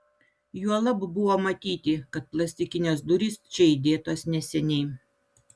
juolab buvo matyti kad plastikinės durys čia įdėtos neseniai